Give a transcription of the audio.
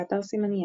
באתר "סימניה"